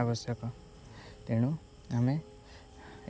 ଆବଶ୍ୟକ ତେଣୁ ଆମେ